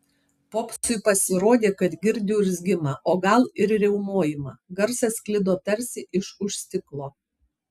popsui pasirodė kad girdi urzgimą o gal ir riaumojimą garsas sklido tarsi iš už stiklo